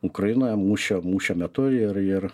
ukrainoje mūšio mūšio metu ir ir